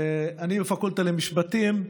ואני, בפקולטה למשפטים.